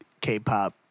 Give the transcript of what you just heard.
k-pop